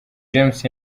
james